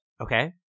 Okay